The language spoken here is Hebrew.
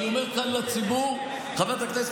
אני אומר כאן לציבור: חברת הכנסת